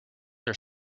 are